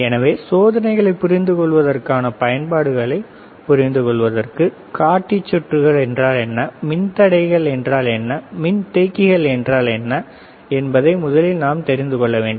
எனவே சோதனைகளைப் புரிந்துகொள்வதற்கான பயன்பாடுகளைப் புரிந்துகொள்வதற்கு காட்டி சுற்றுகள் என்றால் என்ன மின்தடைகள் என்றால் என்ன மின்தேக்கிகள் என்றால் என்ன என்பதை முதலில் நாம் தெரிந்து கொள்ள வேண்டும்